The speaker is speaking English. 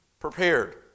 prepared